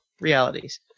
realities